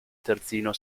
terzino